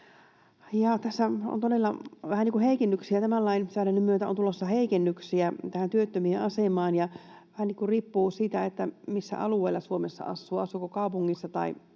on heikennyksiä, tämän lainsäädännön myötä on tulossa heikennyksiä tähän työttömien asemaan. Vähän riippuu siitä, missä alueella Suomessa asuu — asuuko kaupungissa